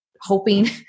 hoping